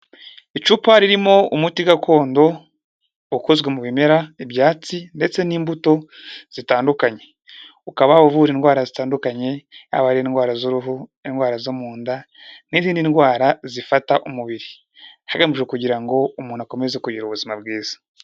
Icupa ririmo umuti gakondo ukozwe mu bimera, ibyatsi ndetse n'imbuto zitandukanye, ukaba uvura indwara zitandukanye, yaba ari indwara z'uruhu, indwara zo mu nda n'izindi ndwara zifata umubiri, hagamijwe kugira ngo umuntu akomeze kugira ubuzima bwiza.